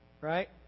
Right